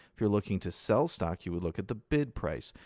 if you're looking to sell stock, you would look at the bid price.